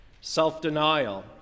self-denial